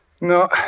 No